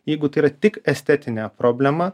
jeigu tai yra tik estetinė problema